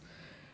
I think